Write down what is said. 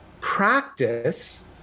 Practice